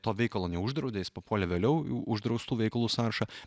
to veikalo neuždraudė jis papuolė vėliau į uždraustų veiklų sąrašą